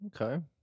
Okay